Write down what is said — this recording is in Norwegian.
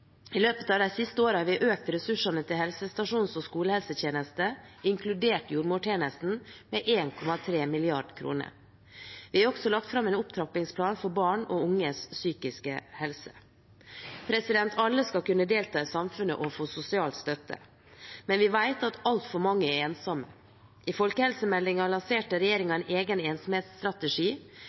I løpet av de siste årene har vi økt ressursene til helsestasjons- og skolehelsetjenesten, inkludert jordmortjenesten, med 1,3 mrd. kr. Vi har også lagt fram en opptrappingsplan for barn og unges psykiske helse. Alle skal kunne delta i samfunnet og få sosial støtte. Men vi vet at altfor mange er ensomme. I folkehelsemeldingen lanserte regjeringen en egen ensomhetsstrategi.